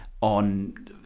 on